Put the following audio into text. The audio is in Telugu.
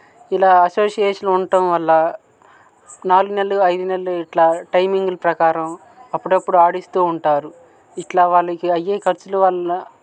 ఇలా అసోసియేషన్ ఉండటం వల్ల నాలుగు నెలలు అయిదు నెలలు ఇట్లా టైమింగ్లు ప్రకారం అప్పుడప్పుడు ఆడిస్తూ ఉంటారు ఇట్లా వాళ్ళకి అయ్యే ఖర్చులు వల్ల